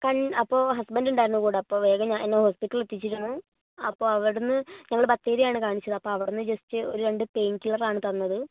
അപ്പോൾ ഹസ്ബൻഡ് ഉണ്ടായിരുന്നു കൂടെ അപ്പോൾ വേഗം എന്നെ ഹോസ്പിറ്റലിൽ എത്തിച്ചിരുന്നു അപ്പോൾ അവിടെനിന്ന് ഞങ്ങൾ ബത്തേരിയാണ് കാണിച്ചത് അപ്പോൾ അവിടെനിന്ന് ജസ്റ്റ് ഒരു രണ്ട് പെയിൻ കില്ലറാണ് തന്നത്